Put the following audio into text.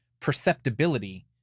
perceptibility